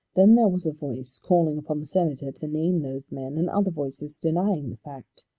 then there was a voice calling upon the senator to name those men, and other voices denying the fact.